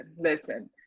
listen